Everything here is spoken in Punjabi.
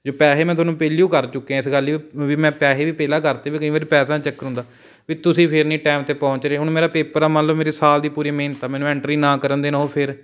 ਜੇ ਪੈਸੇ ਮੈਂ ਤੁਹਾਨੂੰ ਪਹਿਲੀ ਓ ਕਰ ਚੁੱਕਿਆ ਇਸ ਗੱਲ ਲਈ ਵੀ ਮੈਂ ਪੈਸੇ ਵੀ ਪਹਿਲਾਂ ਕਰਤੇ ਵੀ ਕਈ ਵਾਰ ਪੈਸਿਆਂ ਦਾ ਚੱਕਰ ਹੁੰਦਾ ਵੀ ਤੁਸੀਂ ਫਿਰ ਨਹੀਂ ਟਾਇਮ 'ਤੇ ਪਹੁੰਚ ਰਹੇ ਹੁਣ ਮੇਰਾ ਪੇਪਰ ਹੈ ਮੰਨ ਲਉ ਮੇਰੀ ਸਾਲ ਦੀ ਪੂਰੀ ਮਿਹਨਤ ਹੈ ਮੈਨੂੰ ਐਂਟਰੀ ਨਾ ਕਰਨ ਦੇਣ ਉਹ ਫਿਰ